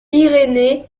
irénée